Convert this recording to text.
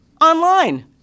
Online